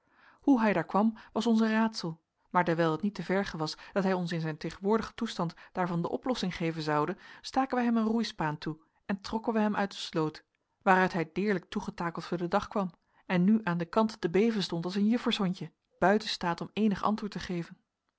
hoe hij daar kwam was ons een raadsel maar dewijl het niet te vergen was dat hij ons in zijn tegenwoordigen toestand daarvan de oplossing geven zoude staken wij hem een roeispaan toe en trokken wij hem uit de sloot waaruit hij deerlijk toegetakeld voor den dag kwam en nu aan den kant te beven stond als een juffershondje buiten staat om eenig antwoord te geven